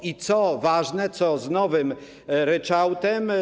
I co ważne, co z nowym ryczałtem?